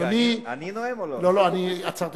יושב-ראש האופוזיציה, רק מהכנסת